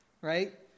right